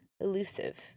elusive